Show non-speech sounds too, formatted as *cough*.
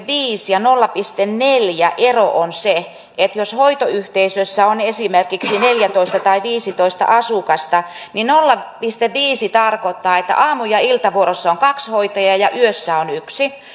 *unintelligible* viisi ja nolla pilkku neljä ero on se että jos hoitoyhteisössä on esimerkiksi neljätoista tai viisitoista asukasta niin nolla pilkku viisi tarkoittaa että aamu ja iltavuorossa on kaksi hoitajaa ja yössä on yksi